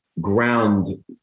ground